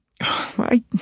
I